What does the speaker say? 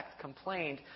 complained